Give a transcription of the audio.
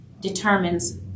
determines